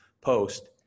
post